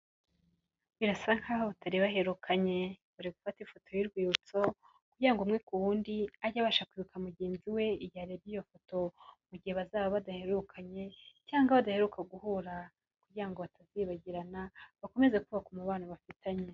Birasa nk'aho batari baherukanye, bari gufata ifoto y'urwibutso kugira umwe ku wundi ajye abasha kwibuka mugenzi we igihe arebye iyo foto mu gihe bazaba badaherukanye cyangwa badaheruka guhura kugira ngo batazibagirana bakomeza kubaka umubano bafitanye.